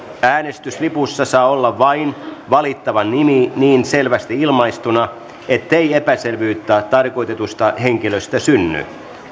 äänestyslipussa saa olla vain valittavan nimi niin selvästi ilmaistuna ettei epäselvyyttä tarkoitetusta henkilöstä synny